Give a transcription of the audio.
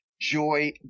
Joy